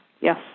Yes